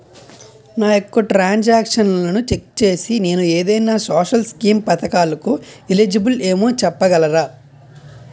నా యెక్క ట్రాన్స్ ఆక్షన్లను చెక్ చేసి నేను ఏదైనా సోషల్ స్కీం పథకాలు కు ఎలిజిబుల్ ఏమో చెప్పగలరా?